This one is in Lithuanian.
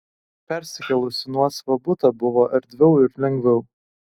persikėlus į nuosavą butą buvo erdviau ir lengviau